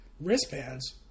wristbands